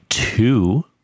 Two